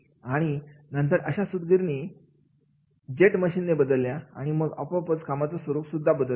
आणि नंतर अशा सूतगिरणी जेट मशिन ने बदल्या आणि मग आपोआपच कामाचं स्वरूप सुद्धा बदललं